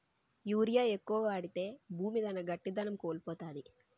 urea ఎక్కువ వాడితే భూమి తన గట్టిదనం కోల్పోతాది